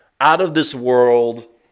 out-of-this-world